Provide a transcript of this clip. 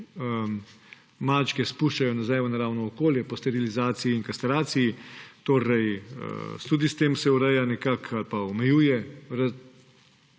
mačke spuščajo nazaj v naravno okolje po sterilizaciji in kastraciji, torej tudi s tem se nekako ureja ali pa omejuje prehitro